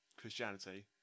Christianity